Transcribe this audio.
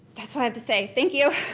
that's all i have to say. thank you.